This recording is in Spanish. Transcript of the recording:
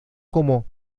como